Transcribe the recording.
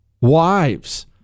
Wives